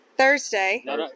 Thursday